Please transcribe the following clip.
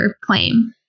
claim